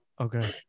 Okay